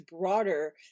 broader